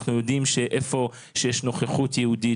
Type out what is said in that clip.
אנחנו יודעים שאיפה שיש נוכחות יהודית,